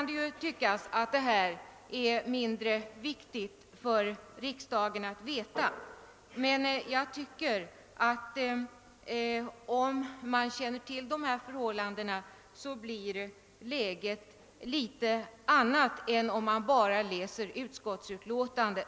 Det kan tyckas att detta är mindre viktigt att veta för riksdagen, men jag anser att om man känner till dessa förhållanden blir läget litet annorlunda än om man bara läser utskottets utlåtande.